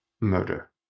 murder